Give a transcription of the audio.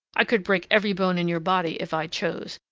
i could break every bone in your body if i chose!